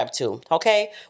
Okay